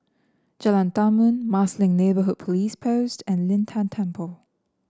Jalan Tarum Marsiling Neighbourhood Police Post and Lin Tan Temple